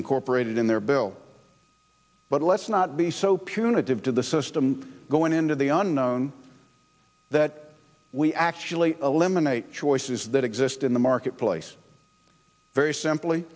incorporated in their bill but let's not be so punitive to the system going into the unknown that we actually eliminate choices that exist in the marketplace very simply